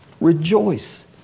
Rejoice